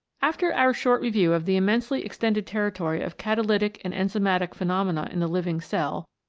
after our short review of the immensely ex tended territory of catalytic and enzymatic phenomena in the living cell,